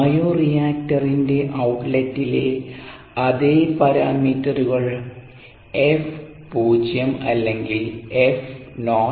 bio റിയാക്ടറിന്റെ ഔട്ട്ലെറ്റിലെ അതേ പാരാമീറ്ററുകൾ F പൂജ്യം അല്ലെങ്കിൽ F o